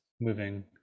moving